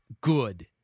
good